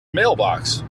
mailbox